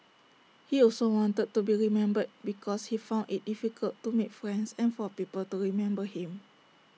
he also wanted to be remembered because he found IT difficult to make friends and for people to remember him